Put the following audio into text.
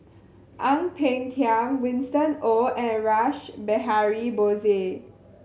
Ang Peng Tiam Winston Oh and Rash Behari Bose